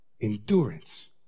Endurance